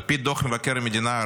על פי דוח מבקר המדינה,